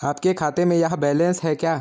आपके खाते में यह बैलेंस है क्या?